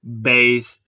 base